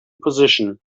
position